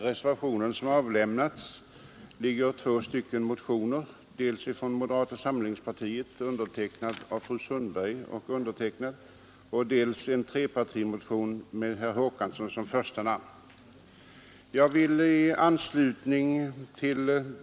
Reservationen grundar sig på två motioner, dels en från moderata samlingspartiet, undertecknad av fru Sundberg och mig, dels en trepartimotion med herr Håkansson som första namn.